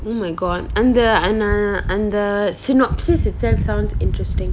oh my god and the and err and the synopsis itself sounds interesting